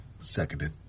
Seconded